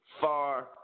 FAR